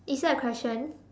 is that a question